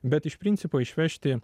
bet iš principo išvežti